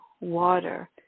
water